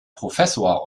professor